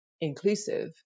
inclusive